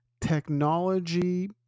technology